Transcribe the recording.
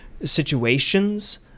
situations